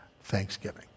thanksgiving